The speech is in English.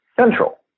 central